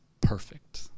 perfect